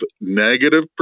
negative